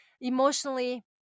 emotionally